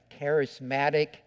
charismatic